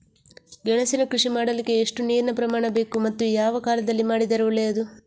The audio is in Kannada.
ಗೆಣಸಿನ ಕೃಷಿ ಮಾಡಲಿಕ್ಕೆ ಎಷ್ಟು ನೀರಿನ ಪ್ರಮಾಣ ಬೇಕು ಮತ್ತು ಯಾವ ಕಾಲದಲ್ಲಿ ಮಾಡಿದರೆ ಒಳ್ಳೆಯದು?